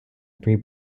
free